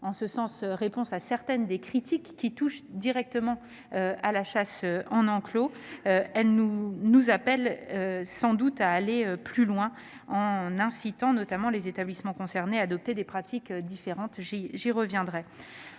en ce sens, à certaines des critiques qui visent la chasse en enclos et nous appelle sans doute à aller plus loin, en incitant, notamment, les établissements concernés à adopter des pratiques différentes. L'article